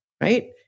right